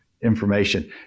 information